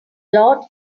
lot